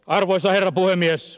arvoisa herra puhemies